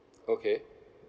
okay